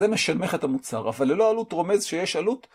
זה משלמך את המוצר, אבל ללא עלות רומז שיש עלות.